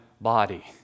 body